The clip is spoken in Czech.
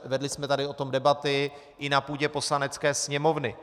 Vedli jsme tady o tom debaty i na půdě Poslanecké sněmovny.